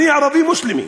אני ערבי מוסלמי,